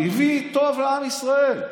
הביא טוב לעם ישראל.